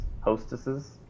hostesses